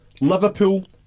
Liverpool